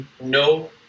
no